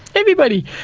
everybody,